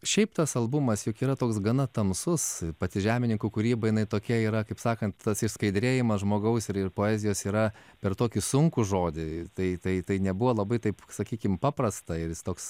šiaip tas albumas juk yra toks gana tamsus pati žemininkų kūryba jinai tokia yra kaip sakant tas skaidrėjimas žmogaus ir ir poezijos yra per tokį sunkų žodį tai tai tai nebuvo labai taip sakykim paprasta ir jis toks